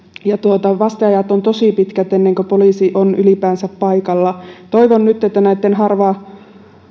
ja vaste ajat ovat tosi pitkät ennen kuin poliisi on ylipäänsä paikalla toivon nyt että näitten harva